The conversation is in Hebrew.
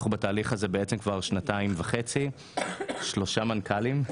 אנחנו בתהליך הזה כבר שנתיים וחצי, שלושה מנכ"לים.